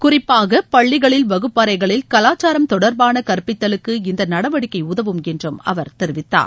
குறிப்பாக பள்ளிகளில் வகுப்பறைகளில் கலாச்சாரம் தொடர்பான கற்பித்தலுக்கு இந்த நடவடிக்கை உதவும் என்று அவர் தெரிவித்தார்